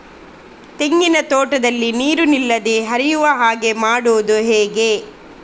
ತೆಂಗಿನ ತೋಟದಲ್ಲಿ ನೀರು ನಿಲ್ಲದೆ ಹರಿಯುವ ಹಾಗೆ ಮಾಡುವುದು ಹೇಗೆ?